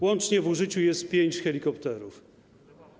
Łącznie w użyciu jest pięć helikopterów.